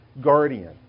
guardian